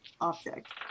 object